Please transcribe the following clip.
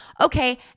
Okay